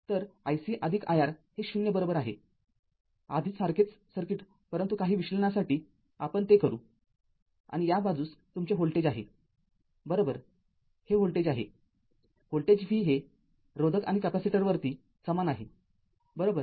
तर iC iR हे 0 बरोबर आहे आधीच सारखेच सर्किट परंतु काही विश्लेषणासाठी आपण ते करू आणि या बाजूस तुमचे व्होल्टेज आहेबरोबर हे व्होल्टेज आहे व्होल्टेज v हे रोधक आणि कॅपेसिटरवरती समान आहे बरोबर